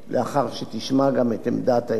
שתשמע גם את עמדת היועץ המשפטי לממשלה.